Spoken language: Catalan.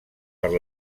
per